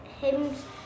hymns